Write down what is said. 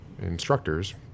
instructors